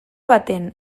baten